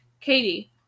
Katie